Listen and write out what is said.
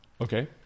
Okay